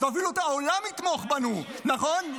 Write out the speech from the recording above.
אפילו העולם יתמוך בנו, נכון?